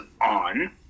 on